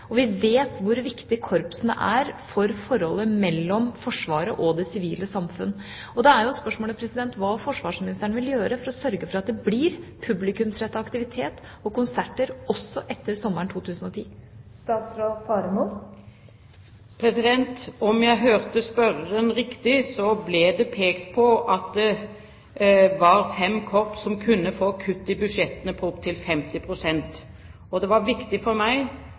Vi vet hvor viktig korpsene er for forholdet mellom Forsvaret og det sivile samfunn. Da er jo spørsmålet hva forsvarsministeren vil gjøre for å sørge for at det blir publikumsrettet aktivitet og konserter også etter sommeren 2010. Om jeg hørte spørreren riktig, ble det pekt på at det var fem korps som kunne få kutt i budsjettene på opptil 50 pst., og det var viktig for meg